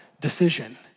decision